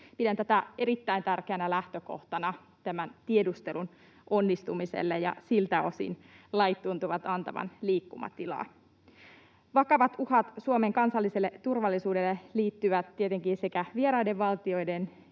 Pidän tätä erittäin tärkeänä lähtökohtana tämän tiedustelun onnistumiselle, ja siltä osin lait tuntuvat antavan liikkumatilaa. Vakavat uhat Suomen kansalliselle turvallisuudelle liittyvät tietenkin sekä vieraiden valtioiden